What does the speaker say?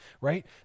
Right